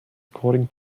according